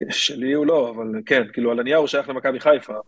שלי הוא לא, אבל כן, כאילו על הנייר הוא שייך למכבי חיפה.